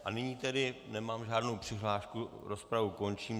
A nyní tedy nemám žádnou přihlášku, rozpravu končím.